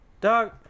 Dog